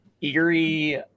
eerie